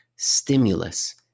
stimulus